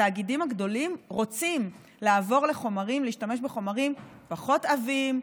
התאגידים הגדולים רוצים לעבור להשתמש בחומרים פחות עבים,